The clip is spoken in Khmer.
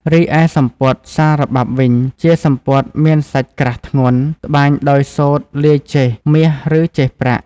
រីឯសំពត់ សារបាប់វិញជាសំពត់មានសាច់ក្រាស់ធ្ងន់ ត្បាញដោយសូត្រលាយចេសមាសឬចេសប្រាក់។